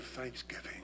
Thanksgiving